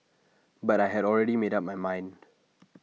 but I had already made up my mind